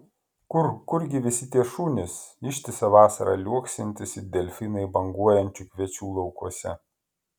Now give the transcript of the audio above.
kur kurgi visi tie šunys ištisą vasarą liuoksintys it delfinai banguojančių kviečių laukuose